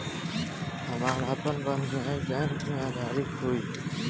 हमार आपन बहिनीई बैक में अधिकारी हिअ